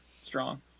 Strong